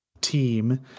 team